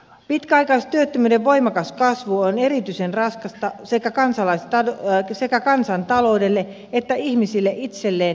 pitkäaikaistyöttömyyden voimakas kasvu on erityisen raskasta sekä kansantaloudelle että ihmisille itselleen ja heidän perheilleen